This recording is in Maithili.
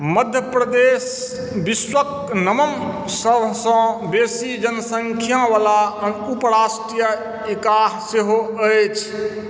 मध्य प्रदेश विश्वके नवम सभसँ बेसी जनसङ्ख्यावला उपराष्ट्रीय इकाह सेहो अछि